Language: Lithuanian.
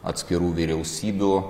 atskirų vyriausybių